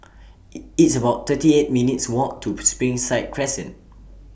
IT It's about thirty eight minutes' Walk to Springside Crescent